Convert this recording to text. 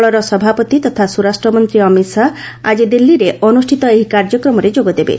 ଦଳର ସଭାପତି ତଥା ସ୍ୱରାଷ୍ଟ୍ର ମନ୍ତ୍ରୀ ଅମିତ୍ ଶାହା ଆଜି ଦିଲ୍ଲୀରେ ଅନୁଷ୍ଠିତ ଏହି କାର୍ଯ୍ୟକ୍ରମରେ ଯୋଗ ଦେବେ